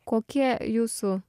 kokie jūsų